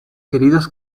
queridos